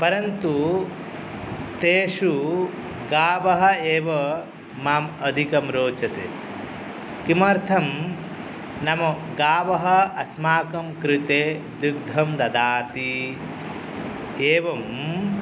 परन्तु तेषु गावः एव माम् अधिकं रोचते किमर्थं नाम गावः अस्माकं कृते दुग्धं ददाति एवं